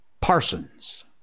Parsons